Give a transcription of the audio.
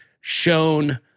shown